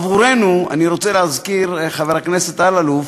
עבורנו, אני רוצה להזכיר, חבר הכנסת אלאלוף,